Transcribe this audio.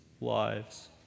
lives